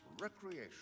recreation